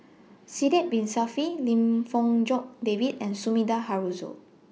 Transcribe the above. Sidek Bin Saniff Lim Fong Jock David and Sumida Haruzo